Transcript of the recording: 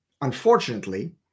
unfortunately